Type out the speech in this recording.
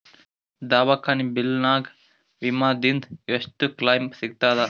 ದವಾಖಾನಿ ಬಿಲ್ ಗ ವಿಮಾ ದಿಂದ ಎಷ್ಟು ಕ್ಲೈಮ್ ಸಿಗತದ?